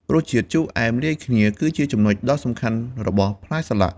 រសជាតិជូរអែមលាយគ្នា គឺជាចំណុចដ៏សំខាន់របស់ផ្លែសាឡាក់។